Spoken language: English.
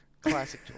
Classic